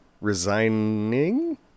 resigning